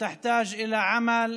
עבודה